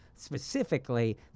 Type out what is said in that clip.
specifically